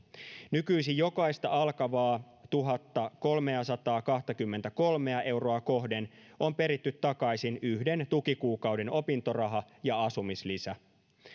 nykyisin jokaista alkavaa tuhattakolmeasataakahtakymmentäkolmea euroa kohden on peritty takaisin yhden tukikuukauden opintoraha ja asumislisä